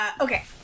Okay